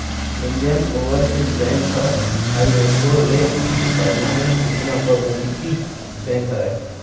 Indian Overseas bank ह ISO ले परमानित सूचना प्रौद्योगिकी बेंक हरय